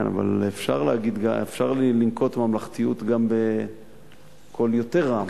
כן, אפשר לנקוט ממלכתיות גם בקול יותר רם.